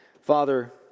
Father